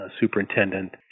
superintendent